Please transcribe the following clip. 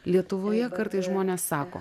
lietuvoje kartais žmonės sako